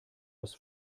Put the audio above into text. aus